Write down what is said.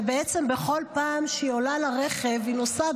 ובעצם בכל פעם שהיא עולה לרכב היא נוסעת